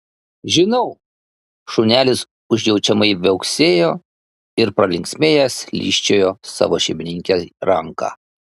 žinau šunelis užjaučiamai viauksėjo ir pralinksmėjęs lyžčiojo savo šeimininkei ranką